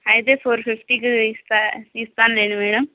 అయితే ఫోర్ ఫిఫ్టీకి ఇస్తా ఇస్తానులేండి మేడం